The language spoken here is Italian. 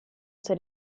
sia